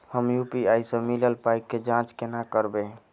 हम यु.पी.आई सअ मिलल पाई केँ जाँच केना करबै?